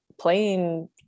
playing